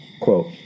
Quote